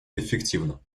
эффективно